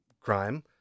crime